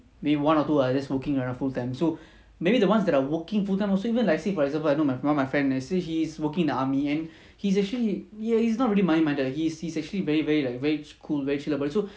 maybe one or two are just working around full time so maybe the ones that are working full time also even like say for example I know my one of my friend he's working the army and he's actually ya he's not really money minded he's he's actually very very like very cool very chill lah but also